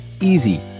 easy